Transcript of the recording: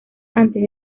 antes